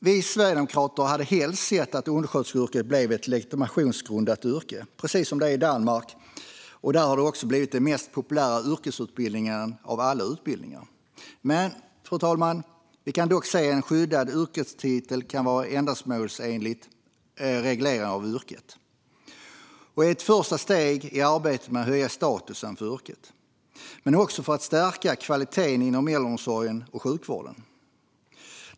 Vi sverigedemokrater hade helst sett att undersköterskeyrket blev ett legitimationsyrke, precis som det är i Danmark. Där har det också blivit den mest populära yrkesutbildningen av alla utbildningar. Vi kan dock se att en skyddad yrkestitel kan vara en ändamålsenlig reglering av yrket. Det är ett första steg i arbetet med att höja statusen för yrket men också för att stärka kvaliteten inom äldreomsorgen och sjukvården.